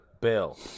Bill